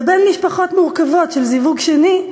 ובין משפחות מורכבות של זיווג שני,